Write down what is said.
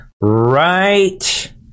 Right